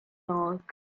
dog